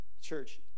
Church